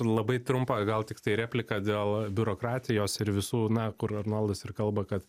labai trumpą gal tiktai repliką dėl biurokratijos ir visų na kur arnoldas ir kalba kad